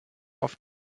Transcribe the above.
oft